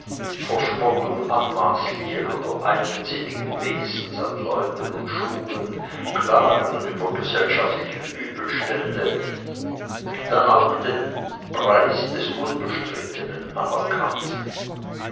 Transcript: verspottung anmaßlichen oder eigensinnigen wesens an leuten und schulen klagen über gesellschaftliche übelstände dann auch den preis des unbestrittenen anerkannten